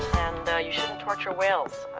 and you shouldn't torture whales.